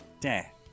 death